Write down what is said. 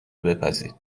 بپزید